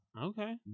okay